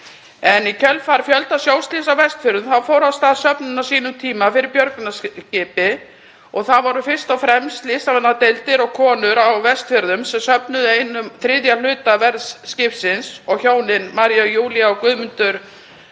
Í kjölfar fjölda sjóslysa á Vestfjörðum þá fór af stað söfnun á sínum tíma fyrir björgunarskipi og það voru fyrst og fremst slysavarnadeildir og konur á Vestfjörðum sem söfnuðu fyrir einum þriðja hluta verðs skipsins og hjónin María Júlía og Guðmundur